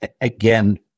again